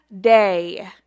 day